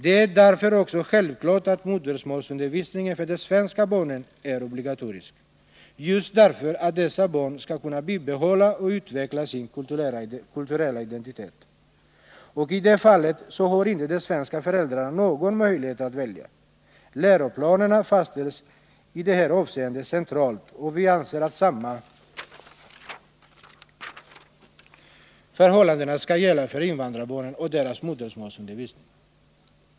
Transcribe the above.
Det är också självklart att modersmålsundervisningen för de svenska barnen är obligatorisk, just därför att dessa barn skall kunna bibehålla och utveckla sin kulturella identitet. Och i det fallet har inte de svenska föräldrarna någon möjlighet att välja. Läroplanen fastställs i det här avseendet centralt, och vi anser att samma förhållande skall gälla för invandrarbarnen och deras modersmålsundervisning.